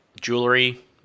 jewelry